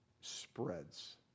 spreads